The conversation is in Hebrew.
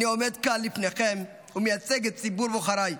אני עומד כאן לפניכם ומייצג את ציבור בוחריי.